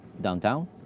downtown